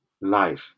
life